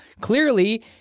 clearly